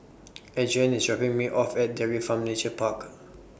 Adrienne IS dropping Me off At Dairy Farm Nature Park